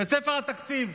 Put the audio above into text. ספר התקציב,